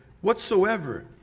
whatsoever